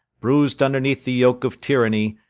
bruis'd underneath the yoke of tyranny,